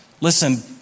Listen